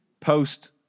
post